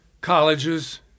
colleges